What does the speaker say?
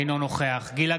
אינו נוכח גילה